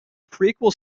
prequel